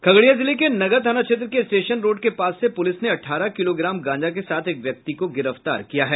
खगड़िया जिले के नगर थाना क्षेत्र के स्टेशन रोड के पास से पुलिस ने अठारह किलोग्राम गांजा के साथ एक व्यक्ति को गिरफ्तार किया है